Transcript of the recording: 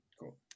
Cool